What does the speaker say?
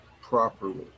properly